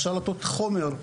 אפשר לתת חומר.